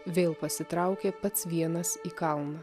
vėl pasitraukė pats vienas į kalną